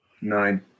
nine